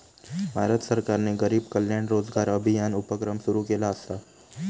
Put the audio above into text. भारत सरकारने गरीब कल्याण रोजगार अभियान उपक्रम सुरू केला असा